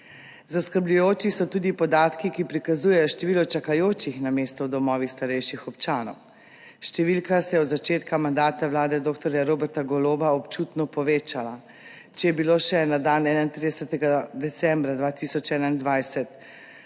Zaskrbljujoči so tudi podatki, ki prikazujejo število čakajočih na mesto v domovih starejših občanov. Številka se je od začetka mandata vlade dr. Roberta Goloba občutno povečala. Če je bilo še na dan 31. decembra 2021